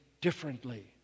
differently